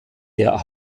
der